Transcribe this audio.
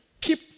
keep